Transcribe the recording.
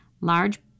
Large